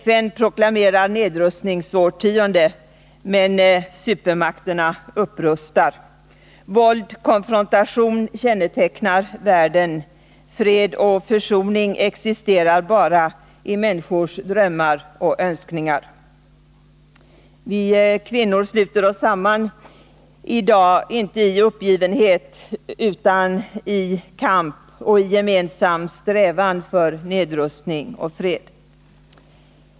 FN proklamerar ett nedrustningsårtionde — men supermakterna upprustar. Våld och konfrontation kännetecknar världen; fred och försoning existerar bara i människors drömmar och önskningar. Vi kvinnor sluter oss samman i dag — inte i uppgivenhet, utan i kamp och i gemensam strävan för nedrustning och fred.